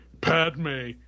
Padme